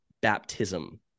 baptism